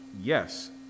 yes